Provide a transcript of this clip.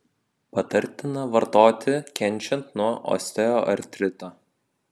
patartina vartoti kenčiant nuo osteoartrito